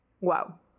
Wow